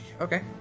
okay